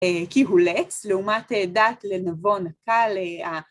כי הוא לץ, לעומת דעת לנבון נקל, אה...